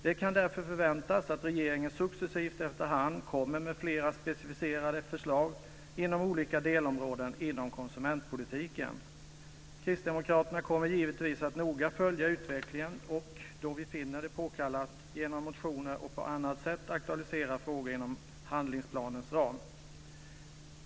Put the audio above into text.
Det kan därför förväntas att regeringen successivt efterhand kommer med flera specificerade förslag inom olika delområden inom konsumentpolitiken. Kristdemokraterna kommer givetvis att noga följa utvecklingen och, då vi finner det påkallat, genom motioner eller på annat sätt aktualisera frågor inom handlingsplanens ram.